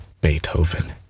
Beethoven